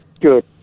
Good